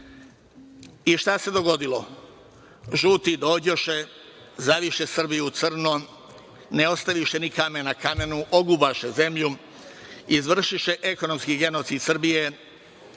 šta se dogodilo? Žuti dođoše, zaviše Srbiju u crno, ne ostaviše ni kamen na kamenu, ogubaše zemlju, izvršiše ekonomski genocid Srbije